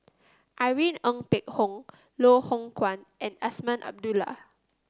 Irene Ng Phek Hoong Loh Hoong Kwan and Azman Abdullah